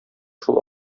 шул